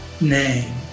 name